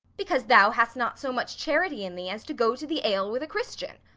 because thou hast not so much charity in thee as to go to the ale with a christian.